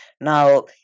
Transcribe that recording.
Now